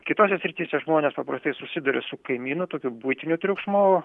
kitose srityse žmonės paprastai susiduria su kaimynų tokiu buitiniu triukšmu